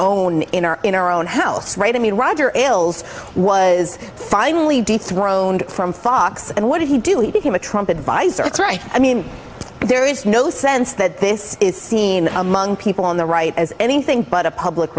own in our in our own house right i mean roger ailes was finally dethroned from fox and what did he do he became a trump advisor that's right i mean there is no sense that this is seen among people on the right as anything but a public